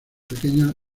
pequeña